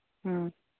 ꯎꯝ